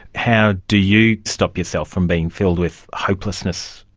how do you stop yourself from being filled with hopelessness,